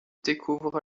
découvre